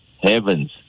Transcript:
heavens